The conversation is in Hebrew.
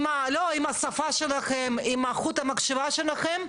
לא, עם השפה שלכם, עם חוט המחשבה שלכם.